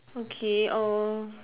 okay err